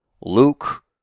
Luke